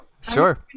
Sure